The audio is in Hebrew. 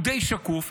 הוא די שקוף.